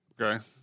Okay